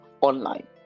online